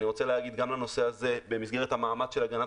גם לנושא הזה במסגרת המאמץ של הגנת